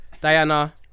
Diana